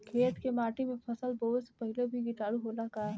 खेत के माटी मे फसल बोवे से पहिले भी किटाणु होला का?